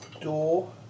door